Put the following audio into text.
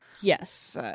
yes